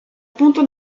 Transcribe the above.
punto